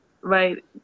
right